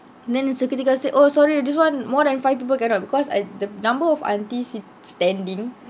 then the security guard he said oh sorry this [one] more than five people cannot because I the number of aunty sit standing